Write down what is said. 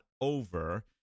over